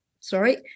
sorry